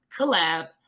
collab